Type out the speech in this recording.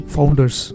Founders